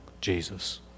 Jesus